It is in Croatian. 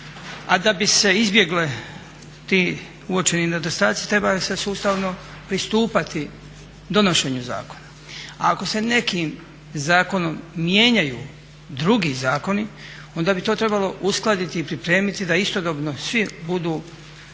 a da bi se izbjegli ti uočeni nedostatci treba se sustavno pristupati donošenju zakona. A ako se nekim zakonom mijenjaju drugi zakoni onda bi to trebalo uskladiti i pripremiti da istodobno svi budu